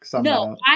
No